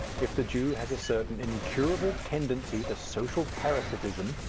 if the jew has a certain incurable tendency to social parasitism,